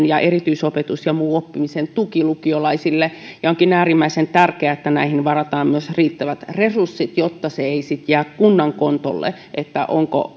ja erityisopetus ja muu oppimisen tuki lukiolaisille ja onkin äärimmäisen tärkeää että näihin varataan myös riittävät resurssit jotta se ei sitten jää kunnan kontolle